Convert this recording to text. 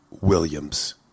Williams